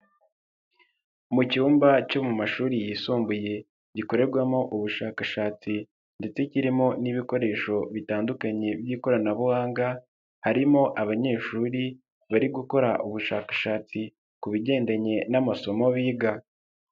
Mu cyumba cyo mu mashuri yisumbuye gikorerwamo ubushakashatsi ndetse kirimo n'ibikoresho bitandukanye by'ikoranabuhanga, harimo abanyeshuri bari gukora ubushakashatsi ku bigendanye n'amasomo biga.